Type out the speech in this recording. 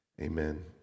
Amen